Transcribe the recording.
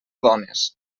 dones